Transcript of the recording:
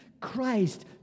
Christ